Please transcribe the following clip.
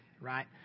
right